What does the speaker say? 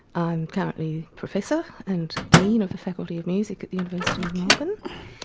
i'm currently professor and dean of the faculty of music at the university of melbourne.